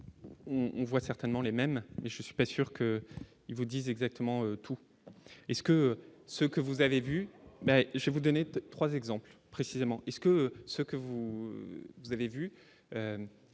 on voit certainement les mêmes, mais je suis pas sûr que je vous dise exactement, tout est ce que ce que vous avez vu, mais je vais vous donner 3 exemples précisément est-ce que ce que vous, vous avez vu,